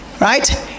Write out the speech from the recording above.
right